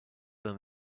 than